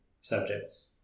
subjects